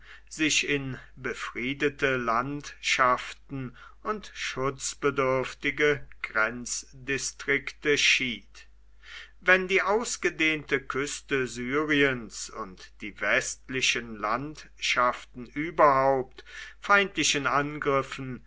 sich in befriedete landschaften und schutzbedürftige grenzdistrikte schied wenn die ausgedehnte küste syriens und die westlichen landschaften überhaupt feindlichen angriffen